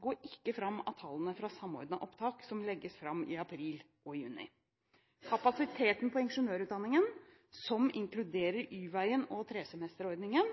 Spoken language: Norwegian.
går ikke fram av tallene fra Samordna opptak, som legges fram i april og juli. Kapasiteten på ingeniørutdanningen, som inkluderer Y-veien og tresemesterordningen,